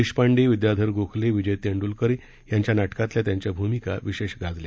देशपांडे विद्याधर गोखले विजय तेंडुलकर यांच्या नाटकातल्या त्यांच्या भूमिका विशेष गाजल्या